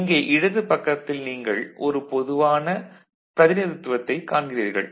இங்கே இடது பக்கத்தில் நீங்கள் ஒரு பொதுவான பிரதிநிதித்துவத்தைக் காண்கிறீர்கள்